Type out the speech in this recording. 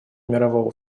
мирового